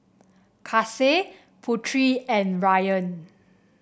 Kasih Putri and Ryan